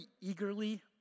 eagerly